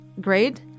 grade